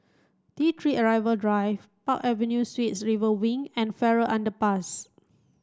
T three Arrival Drive Park Avenue Suites River Wing and Farrer Underpass